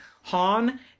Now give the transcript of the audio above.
han